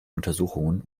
untersuchungen